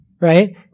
Right